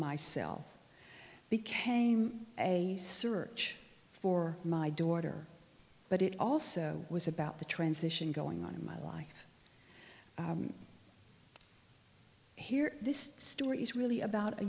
myself became a search for my daughter but it also was about the transition going on in my life here this story is really a